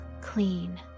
clean